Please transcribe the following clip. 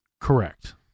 Correct